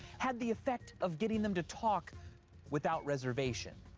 had the effect of getting them to talk without reservation.